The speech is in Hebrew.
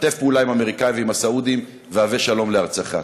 שתף פעולה עם האמריקאים ועם הסעודים והבא שלום לארצך.